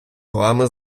вами